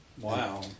Wow